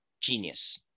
genius